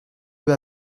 peu